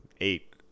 eight